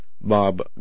Bob